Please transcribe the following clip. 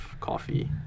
coffee